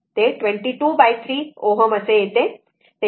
ते 223 Ω येते